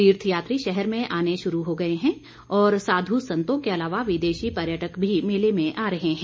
तीर्थ यात्री शहर में आने शुरू हो गए हैं और साधु संतों के अलावा विदेशी पर्यटक भी मेले में आ रहे हैं